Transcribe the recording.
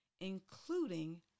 including